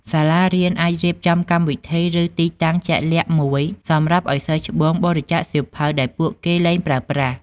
សាលារៀនអាចរៀបចំកម្មវិធី ឬទីតាំងជាក់លាក់មួយសម្រាប់ឱ្យសិស្សច្បងបរិច្ចាគសៀវភៅដែលពួកគេលែងប្រើប្រាស់។